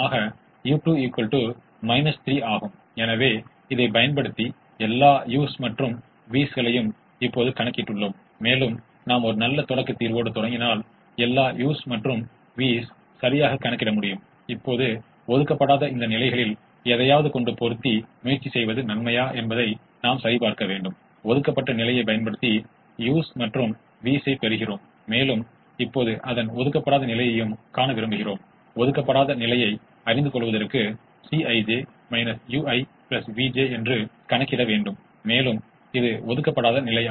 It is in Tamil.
ஆகையால் பலவீனமான இருமைக் கோட்பாட்டின் மூலம் முதன்மையானவருக்கு ஒரு சாத்தியமான தீர்வைக் கண்டுபிடிக்க முடிந்தால் இரட்டைக்கு ஒரு சாத்தியமான தீர்வைக் கண்டுபிடிக்க முடிந்தால் அவை புறநிலை செயல்பாட்டின் அதே மதிப்பைக் கொண்டிருந்தால் அவை உகந்தவை முறையே முதன்மை மற்றும் இரட்டை